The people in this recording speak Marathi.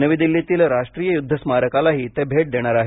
नवी दिल्लीतील राष्ट्रीय युद्ध स्मारकालाही ते भेट देणार आहेत